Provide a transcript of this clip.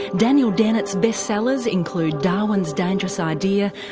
daniel dennett's best sellers include darwin's dangerous idea,